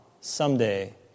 someday